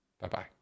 Bye-bye